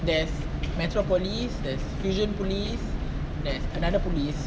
there's metropolis there's fusionopolis there's another polis